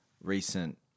recent